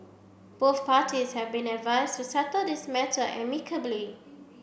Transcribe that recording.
both parties have been advised to settle this matter amicably